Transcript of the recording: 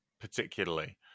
particularly